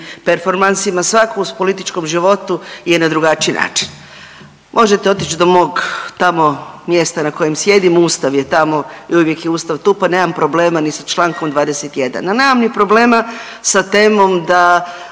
performansima. Svako u politikom životu je na drugačiji način. Možete otići do mog tamo mjesta na kojem sjedim, Ustav je tamo i uvijek je Ustav tu pa nemam problema ni sa Člankom 21., ali nemam ni problema sa temom da